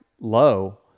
low